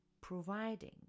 providing